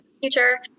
future